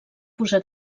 posar